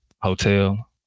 Hotel